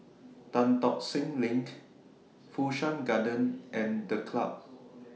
Tan Tock Seng LINK Fu Shan Garden and The Club